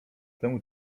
temu